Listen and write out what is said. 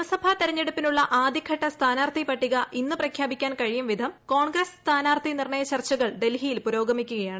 നിയമസഭാ തെരഞ്ഞെടുപ്പിനുള്ള ആദ്യഘട്ട സ്ഥാനാർഥി പട്ടിക ഇന്ന് പ്രഖ്യാപിക്കാൻ കഴിയും വിധം കോൺഗ്രസ് സ്ഥാനാർത്ഥി നിർണ്ണയ ചർച്ചകൾ ഡൽഹിയിൽ പുരോഗമിക്കുകയാണ്